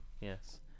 Yes